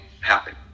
happen